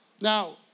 Now